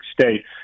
state